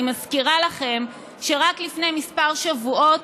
אני מזכירה לכם שרק לפני כמה שבועות